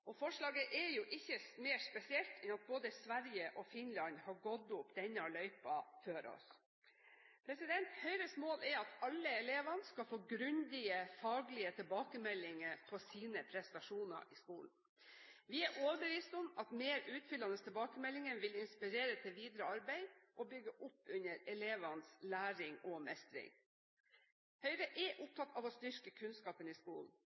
Forslaget er jo ikke mer spesielt enn at både Sverige og Finland har gått opp denne løypa før oss. Høyres mål er at alle elever skal få grundige faglige tilbakemeldinger på sine prestasjoner i skolen. Vi er overbevist om at mer utfyllende tilbakemeldinger vil inspirere til videre arbeid og bygge opp under elevenes læring og mestring. Høyre er opptatt av å styrke kunnskapen i skolen.